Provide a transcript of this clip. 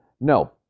No